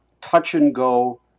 touch-and-go